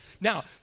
Now